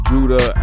Judah